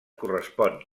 correspon